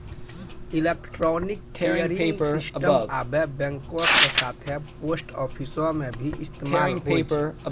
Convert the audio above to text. electronic clearing system आबे बैंको के साथे पोस्ट आफिसो मे भी इस्तेमाल होय छै